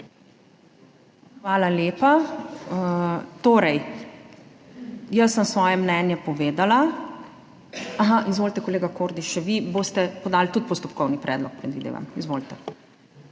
Hvala lepa. Torej jaz sem svoje mnenje povedala. Izvolite, kolega Kordiš. Še vi boste podali postopkovni predlog, predvidevam. Izvolite.